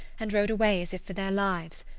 and rode away as if for their lives.